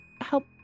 help